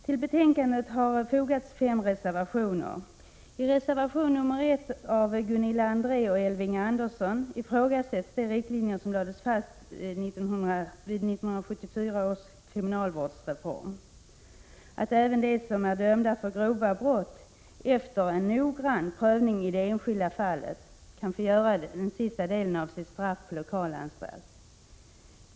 Till betänkandet har fogats fem reservationer. I reservation nr 1 av Gunilla André och Elving Andersson ifrågasätts de riktlinjer som lades fast i samband med 1974 års kriminalvårdsreform, att även de som är dömda för grova brott, efter en noggrann prövning i det enskilda fallet, kan få avtjäna den sista delen av sitt straff på lokalanstalt.